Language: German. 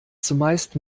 zumeist